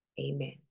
Amen